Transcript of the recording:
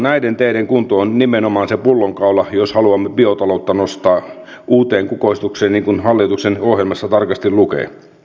näiden teiden kunto on nimenomaan se pullonkaula jos haluamme biotaloutta nostaa uuteen kukoistukseen niin kuin hallituksen ohjelmassa tarkasti lukee